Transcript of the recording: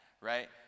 right